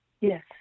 Yes